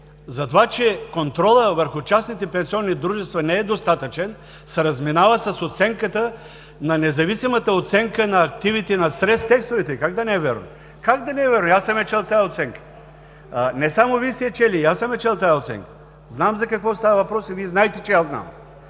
за това, че контролът върху частните пенсионни дружества не е достатъчен, се разминава с независимата оценка на активите на стрес тестовете. Как да не е вярно? Как да не е вярно? И аз съм я чел тази оценка. Не само Вие сте я чели и аз съм я чел. Знам за какво става въпрос и Вие знаете, че аз знам.